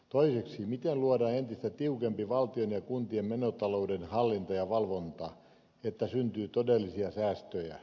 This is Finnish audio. toiseksi miten luodaan entistä tiukempi valtion ja kuntien menotalouden hallinta ja valvonta että syntyy todellisia säästöjä